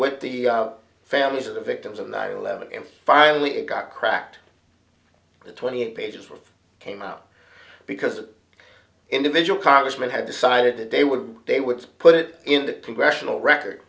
with the families of the victims of nine eleven and finally it got cracked the twenty eight pages of came out because individual congressmen had decided that they would they would put it in the congressional record